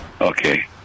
Okay